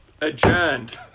adjourned